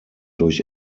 durch